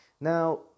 Now